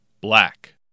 Black